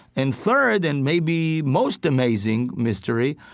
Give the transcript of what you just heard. and third, and maybe most amazing mystery,